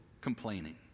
complaining